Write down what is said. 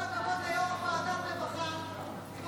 כל